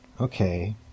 Okay